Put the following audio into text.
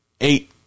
eight